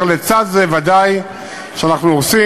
לצד זה, ודאי שאנחנו עושים.